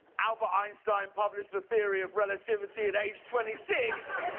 albert einstein published the theory of relativity at age twenty six,